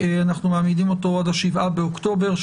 אנחנו מעמידים אותו עד ה-7 באוקטובר,